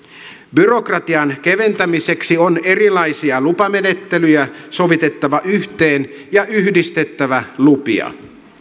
byrokratian keventämiseksi on erilaisia lupamenettelyjä sovitettava yhteen ja yhdistettävä lupia